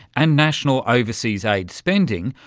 and national overseas aid spending,